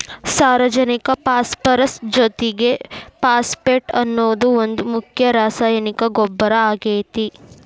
ಸಾರಜನಕ ಪಾಸ್ಪರಸ್ ಜೊತಿಗೆ ಫಾಸ್ಫೇಟ್ ಅನ್ನೋದು ಒಂದ್ ಮುಖ್ಯ ರಾಸಾಯನಿಕ ಗೊಬ್ಬರ ಆಗೇತಿ